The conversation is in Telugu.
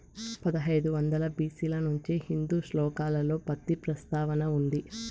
పదహైదు వందల బి.సి ల నుంచే హిందూ శ్లోకాలలో పత్తి ప్రస్తావన ఉంది